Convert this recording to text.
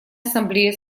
ассамблея